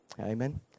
Amen